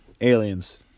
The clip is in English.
aliens